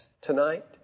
tonight